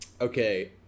okay